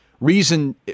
reason